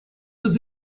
was